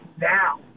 now